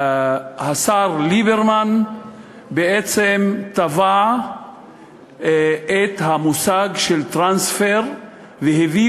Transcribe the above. השר ליברמן בעצם טבע את המושג של טרנספר והביא